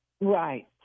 Right